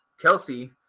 Kelsey